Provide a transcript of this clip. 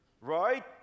right